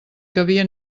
cabia